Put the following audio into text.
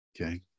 okay